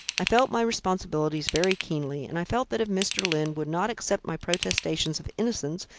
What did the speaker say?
i felt my responsibilities very keenly, and i felt that if mr. lyne would not accept my protestations of innocence,